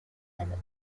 and